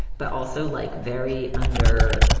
but also like very under